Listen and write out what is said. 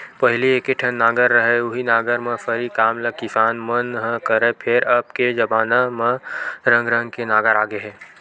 पहिली एके ठन नांगर रहय उहीं नांगर म सरी काम ल किसान मन ह करय, फेर अब के जबाना म रंग रंग के नांगर आ गे हे